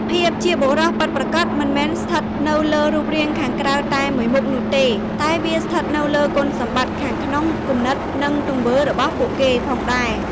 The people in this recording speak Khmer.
ភាពជាបុរសពិតប្រាកដមិនមែនស្ថិតនៅលើរូបរាងខាងក្រៅតែមួយមុខនោះទេ តែវាស្ថិតនៅលើគុណសម្បត្តិខាងក្នុង គំនិត និងទង្វើរបស់ពួកគេផងដែរ។